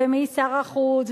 ומי שר החוץ,